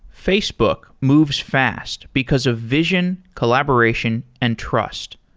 facebook moves fast because of vision, collaboration and trust.